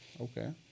Okay